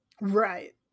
right